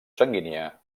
sanguínia